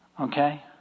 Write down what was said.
Okay